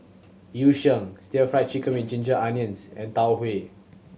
Yu Sheng still Fried Chicken with ginger onions and Tau Huay